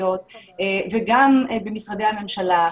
המקומיות וגם במשרדי הממשלה,